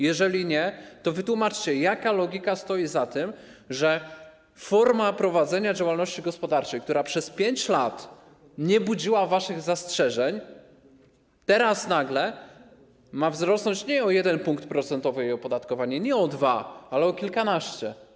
Jeżeli nie, to wytłumaczcie, jaka logika stoi za tym, że ta forma prowadzenia działalności gospodarczej przez 5 lat nie budziła waszych zastrzeżeń, a teraz nagle jej opodatkowanie ma wzrosnąć nie o 1 punkt procentowy, nie o 2, ale o kilkanaście?